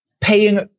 paying